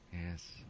Yes